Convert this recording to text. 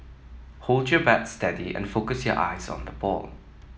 hold your bat steady and focus your eyes on the ball